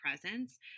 presence